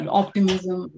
optimism